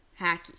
hacky